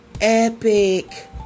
epic